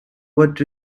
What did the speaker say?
what